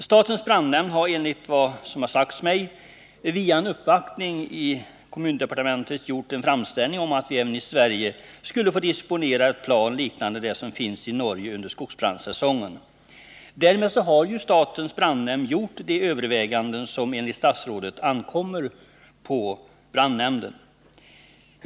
Statens brandnämnd har enligt vad som sagts mig via en uppvaktning i kommundepartementet gjort en framställning om att vi även i Sverige skulle få under skogsbrandsäsongen disponera ett plan liknande det som finns i Norge. Därmed har ju statens brandnämnd gjort de överväganden som enligt statsrådet ankommer på nämnden.